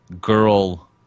girl